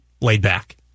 laid-back